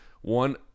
One